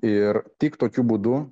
ir tik tokiu būdu